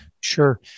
Sure